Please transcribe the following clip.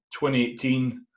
2018